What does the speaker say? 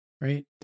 right